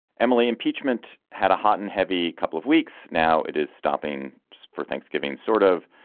emily, impeachment had a hot and heavy couple of weeks. now it is stopping for thanksgiving, sort of.